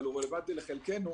אבל הוא רלוונטי לחלקנו,